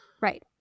Right